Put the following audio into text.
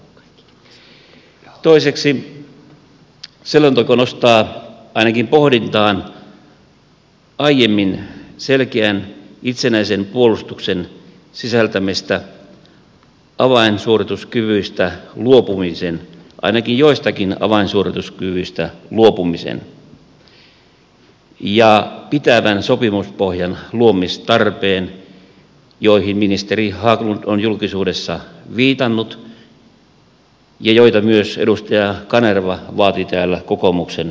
toiseksi selonteko nostaa ainakin pohdintaan aiemmin selkeän itsenäisen puolustuksen sisältämistä avainsuorituskyvyistä luopumisen ainakin joistakin avainsuorituskyvyistä luopumisen ja pitävän sopimuspohjan luomistarpeen joihin ministeri haglund on julkisuudessa viitannut ja joita myös edustaja kanerva vaati täällä kokoomuksen ryhmäpuheenvuorossa